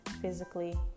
physically